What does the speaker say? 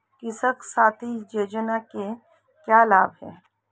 कृषक साथी योजना के क्या लाभ हैं?